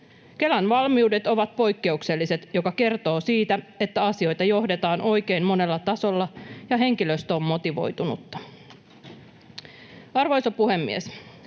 Kelan valmiudet ovat poikkeukselliset, mikä kertoo siitä, että asioita johdetaan oikein monella tasolla ja henkilöstö on motivoitunutta. Arvoisa puhemies!